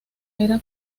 era